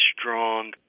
strong